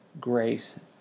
grace